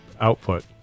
output